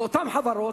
לאותן חברות,